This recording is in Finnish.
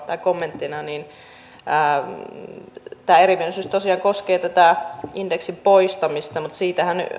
tai kommenttina edustaja anderssonin puheenvuoroon tämä erimielisyys tosiaan koskee tätä indeksin poistamista mutta siitähän